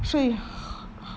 所以